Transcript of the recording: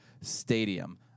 stadium